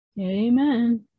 Amen